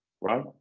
right